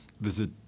visit